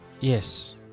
Yes